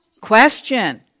question